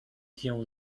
tient